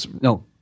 No